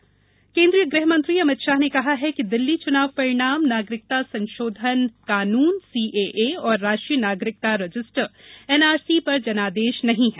अमित शाह गृह मंत्री अमित शाह ने कहा है कि दिल्ली चुनाव परिणाम नागरिकता संशोधन कानून सीएए और राष्ट्रीय नागरिक रजिस्टर एनआरसी पर जनादेश नहीं है